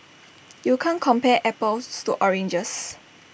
you can't compare apples to oranges